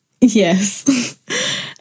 Yes